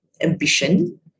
ambition